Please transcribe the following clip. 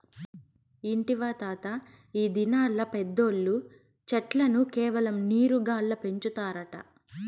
ఇంటివా తాతా, ఈ దినాల్ల పెద్దోల్లు చెట్లను కేవలం నీరు గాల్ల పెంచుతారట